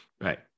right